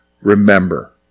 remember